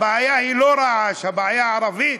הבעיה היא לא רעש, הבעיה ערבית.